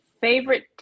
Favorite